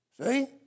See